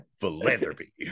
Philanthropy